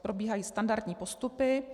Probíhají standardní postupy.